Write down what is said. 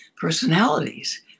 personalities